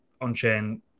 on-chain